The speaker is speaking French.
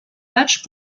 match